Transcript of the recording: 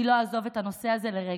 אני לא אעזוב את הנושא הזה לרגע,